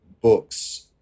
books